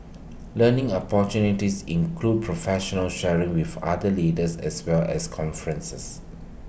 learning opportunities include professional sharing with other leaders as well as conferences